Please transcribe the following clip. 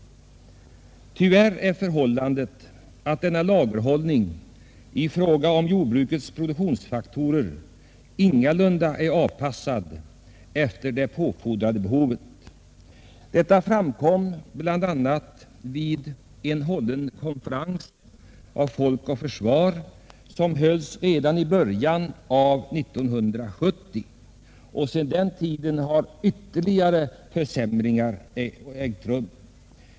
Tyvärr är lagerhållningen i fråga om jordbrukets produktionsfaktorer ingalunda avpassad efter det påfordrade behovet. Detta framkom bl.a. vid en konferens av ”Folk och försvar” redan i början av 1970. Sedan dess har en ytterligare försämring ägt rum.